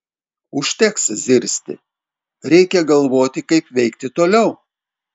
užteks zirzti reikia galvoti kaip veikti toliau